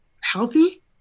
healthy